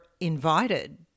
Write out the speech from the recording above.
invited